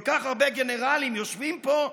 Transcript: כל כך הרבה גנרלים יושבים פה,